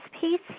piece